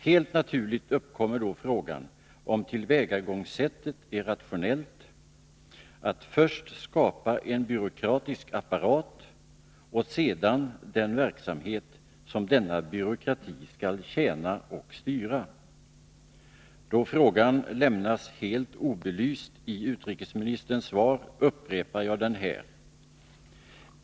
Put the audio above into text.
Helt naturligt uppkommer då frågan om tillvägagångssättet är rationellt, dvs. att först skapa en byråkratisk apparat och sedan den verksamhet som denna byråkrati skall tjäna och styra. Då frågan lämnas helt obelyst i utrikesministerns svar, upprepar jag den här.